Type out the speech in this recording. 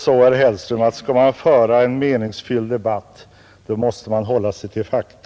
Skall man föra en meningsfylld debatt, herr Hellström, måste man hålla sig till fakta.